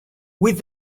with